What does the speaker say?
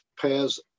pairs